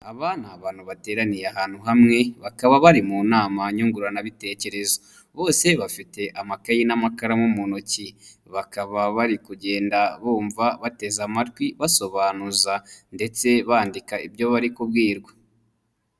Aba ni abantu bateraniye ahantu hamwe, bakaba bari mu nama nyunguranabitekerezo, bose bafite amakayi n'amakaramu mu ntoki, bakaba bari kugenda bumva, bateze amatwi, basobanuza ndetse bandika ibyo bari kubwirwa.